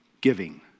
giving